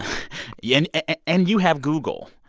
yeah and and you have google.